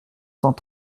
cent